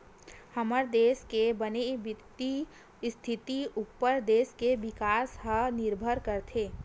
हमर देस के बने बित्तीय इस्थिति उप्पर देस के बिकास ह निरभर करथे